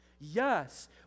Yes